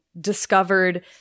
discovered